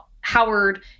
Howard